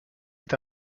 est